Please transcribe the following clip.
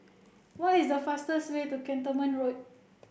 what is the fastest way to Cantonment Road